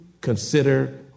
consider